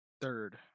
Third